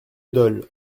dole